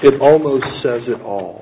it almost says it all